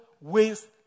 waste